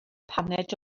paned